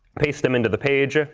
paste them into the page.